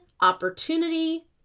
opportunity